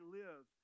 live